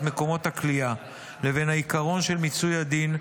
מקומות הכליאה לבין העיקרון של מיצוי הדין,